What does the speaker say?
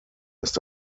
ist